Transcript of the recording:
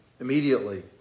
immediately